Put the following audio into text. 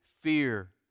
fear